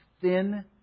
thin